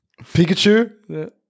Pikachu